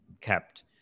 kept